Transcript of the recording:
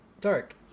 Dark